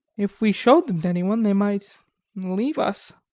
if we showed them to any one they might leave us.